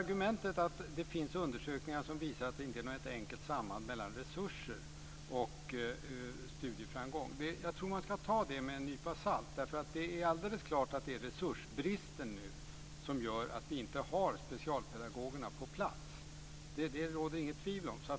Argumentet att det finns undersökningar som visar att det inte finns ett enkelt samband mellan resurser och studieframgång tror jag ska tas med en nypa salt. Det är alldeles klart att det nu är resursbrist som gör att vi inte har specialpedagogerna på plats. Därom råder inget tvivel.